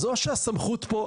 אז או שהסמכות פה,